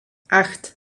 acht